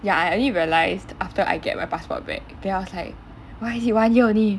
ya and I only realised after I get my passport back then I was like why is it one year only